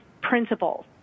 principles